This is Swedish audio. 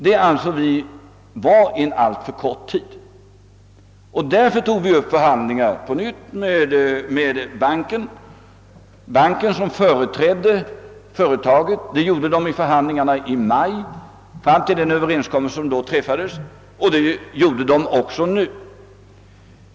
Vi ansåg detta vara en alltför kort tid och tog därför på nytt upp förhandlingar med Svenska handelsbanken, som företrädde företaget både i förhandlingarna i maj vid den överenskommelse som då träffades och vid detta tillfälle.